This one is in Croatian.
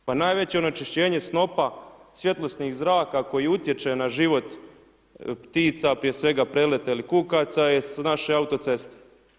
Pa najveće onečišćenje snopa svjetlosnih zraka koji utječe na život ptica prije svega prelete ili kukaca je s naše autoceste.